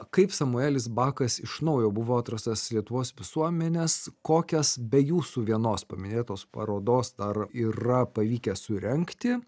kaip samuelis bakas iš naujo buvo atrastas lietuvos visuomenės kokias be jūsų vienos paminėtos parodos dar yra pavykę surengti